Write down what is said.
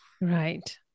Right